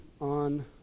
on